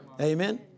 Amen